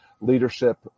leadership